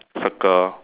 circle